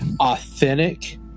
authentic